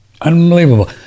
Unbelievable